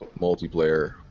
Multiplayer